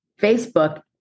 Facebook